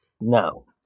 No